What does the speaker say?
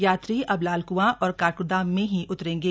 यात्री अब लालकआं और काठगोदाम में ही उतरेंगे